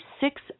six